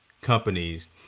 companies